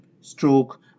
stroke